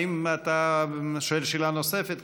האם אתה שואל שאלה נוספת?